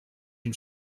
une